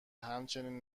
همچنین